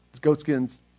goatskins